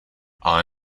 ale